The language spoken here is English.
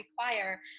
require